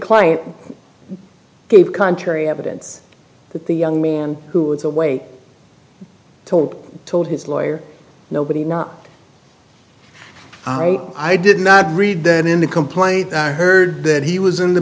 client gave contrary evidence that the young man who is away told told his lawyer nobody not i did not read that in the complaint i heard that he was in the